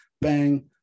bang